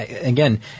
again